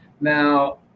now